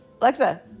Alexa